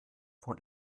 von